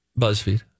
BuzzFeed